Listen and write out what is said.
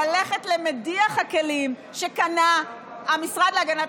ללכת למדיח הכלים שקנה המשרד להגנת